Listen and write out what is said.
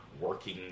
working